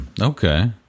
Okay